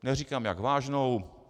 Neříkám, jak vážnou.